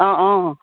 অঁ অঁ